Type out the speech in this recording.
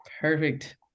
perfect